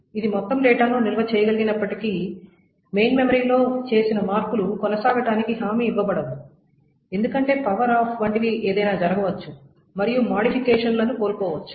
ఇది మొత్తం డేటాను నిల్వ చేయగలిగినప్పటికీ మెయిన్ మెమరీలో చేసిన మార్పులు కొనసాగడానికి హామీ ఇవ్వబడవు ఎందుకంటే పవర్ ఆఫ్ వంటివి ఏదైనా జరగవచ్చు మరియు మోడిఫికేషన్ లను కోల్పోవచ్చు